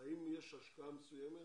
האם יש השקעה מסוימת